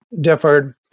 differed